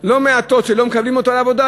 לא מעטות שלא מקבלים אותו לעבודה,